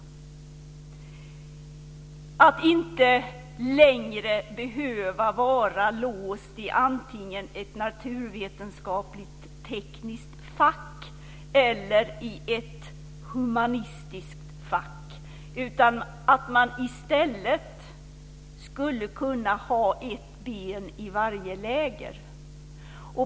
Man ska inte längre behöva vara låst i antingen ett naturvetenskaplig-tekniskt fack eller i ett humanistiskt fack, utan man ska i stället kunna ha ett ben i varje läger.